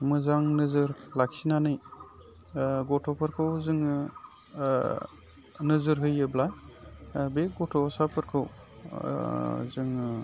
मोजां नोजोर लाखिनानै गथ'फोरखौ जोङो नोजोर होयोब्ला बे गथ'साफोरखौ जोङो